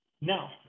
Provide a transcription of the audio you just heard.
Now